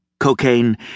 Cocaine